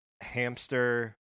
hamster